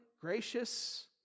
gracious